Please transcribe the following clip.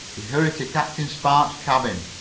he hurried to captain spark's cabin.